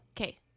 Okay